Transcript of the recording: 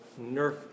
Nerf